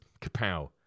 Kapow